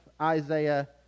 Isaiah